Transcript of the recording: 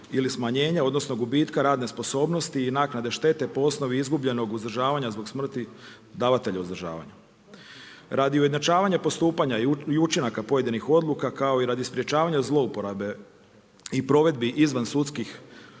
ili smanjenje, odnosno gubitka radne sposobnosti i naknade štete po osnovi izgubljenog uzdržavanja zbog smrtnih davatelja uzdržavanja. Radi ujednačavanja postupanja i učinaka pojedinih odluka, kao i radi sprječavanija zlouporabe i provedbi izvan sudskih